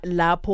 la